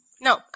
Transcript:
no